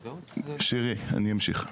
שירי, אני אמשיך.